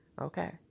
Okay